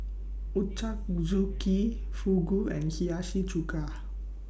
Ochazuke Fugu and Hiyashi Chuka